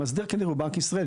המאסדר הוא בנק ישראל,